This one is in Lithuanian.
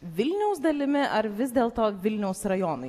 vilniaus dalimi ar vis dėlto vilniaus rajonui